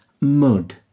Mud